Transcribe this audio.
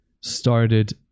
started